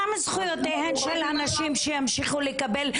עם זכויותיהן של הנשים שימשיכו לקבל,